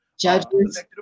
Judges